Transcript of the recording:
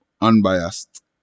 unbiased